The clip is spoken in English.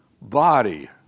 body